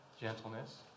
gentleness